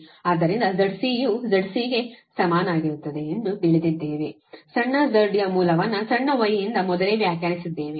ಆದ್ದರಿಂದ ZC ಯೂ ZC ಗೆ ಸಮನಾಗಿರುತ್ತದೆ ಎಂದು ತಿಳಿದಿದ್ದೇವೆ ಸಣ್ಣ z ಯ ಮೂಲವನ್ನು ಸಣ್ಣ y ಯಿಂದ ಮೊದಲೇ ವ್ಯಾಖ್ಯಾನಿಸಿದ್ದೇವೆ